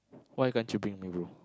why can't you bring me bro